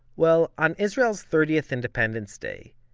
well, on israel's thirtieth independence day,